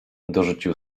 dorzucił